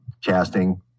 casting